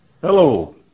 Hello